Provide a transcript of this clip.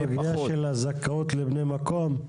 זוכרים את הסוגיה של הזכאות לבני מקום?